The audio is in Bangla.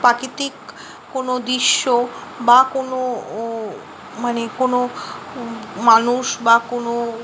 প্রাকৃতিক কোনো দৃশ্য বা কোনো মানে কোনো মানুষ বা কোনো